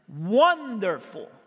wonderful